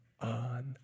on